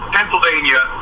Pennsylvania